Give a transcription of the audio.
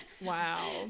Wow